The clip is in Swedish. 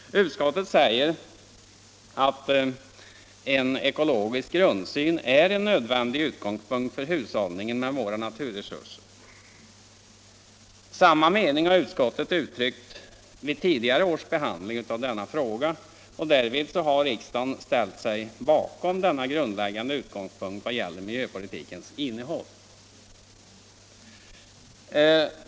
Utskottet säger att en ekologisk grundsyn är en nödvändig utgångspunkt för hushållningen med våra naturresurser. Samma mening har utskottet uttryckt vid tidigare års behandling av denna fråga, och därvid har också riksdagen ställt sig bakom denna grundläggande utgångspunkt vad gäller miljöpolitikens innehåll.